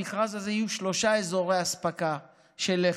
במכרז הזה יהיו שלושה אזורי אספקה של לחם,